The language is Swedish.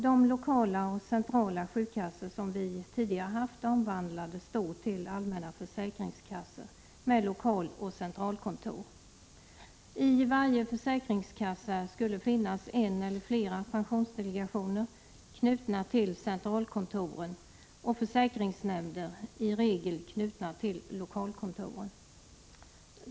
De lokala och centrala sjukkassor som fanns tidigare omvandlades då till allmänna försäkringskassor med lokaloch centralkontor. I varje försäkringskassa skulle finnas en eller flera pensionsdelegationer, knutna till centralkontoren, och försäkringsnämnder, i regel knutna till lokalkontoren.